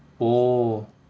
oh